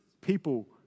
people